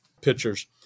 pitchers